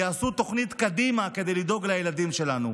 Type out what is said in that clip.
יעשו תוכנית קדימה כדי לדאוג לילדים שלנו.